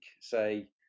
say